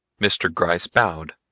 mr. gryce bowed,